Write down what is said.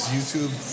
YouTube